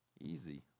easy